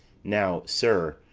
now, sir,